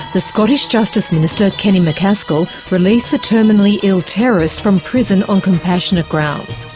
the scottish justice minister, kenny macaskill, released the terminally-ill terrorist from prison on compassionate grounds.